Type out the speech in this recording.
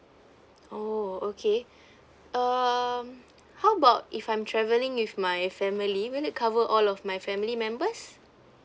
oh okay um how about if I'm travelling with my family will it cover all of my family members